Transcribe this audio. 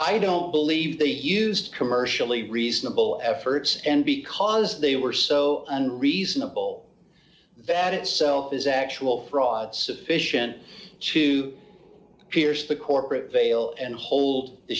i don't believe they used commercially reasonable efforts and because they were so unreasonable that itself is actual fraud sufficient to pierce the corporate veil and hold the